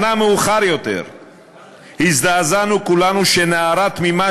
שנה מאוחר יותר הזדעזענו כולנו כשנערה תמימה